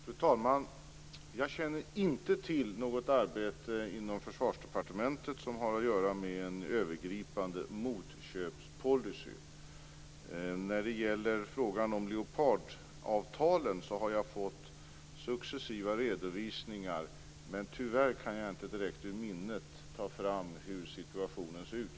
Fru talman! Jag känner inte till något arbete inom Försvarsdepartementet som har att göra med en övergripande motköpspolicy. Jag har fått successiva redovisningar om Leopardavtalen, men tyvärr kan jag inte direkt ur minnet ta fram hur situationen ser ut.